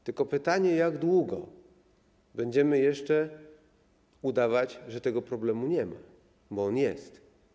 I jest pytanie, jak długo będziemy jeszcze udawać, że tego problemu nie ma, bo on jest.